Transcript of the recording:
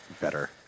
better